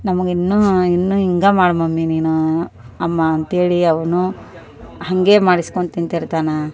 ನಮ್ಗ ಇನ್ನೂ ಇನ್ನು ಹಿಂಗಾ ಮಾಡು ಮಮ್ಮಿ ನೀನು ಅಮ್ಮ ಅಂತೇಳಿ ಅವನು ಹಾಗೆ ಮಾಡಿಸ್ಕೊಂಡು ತಿಂತಿರ್ತಾನ